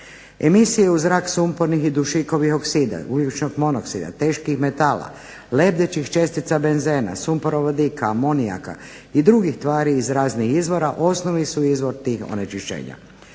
Emisiju zrak sumpornih i dušikovih oksida, ugljičnog-monoksida, teških metala, lebdećih čestica benzena, sumporovog vodika, amonijaka i drugih tvari iz raznih izvora osnovni su izvor tih onečišćenja.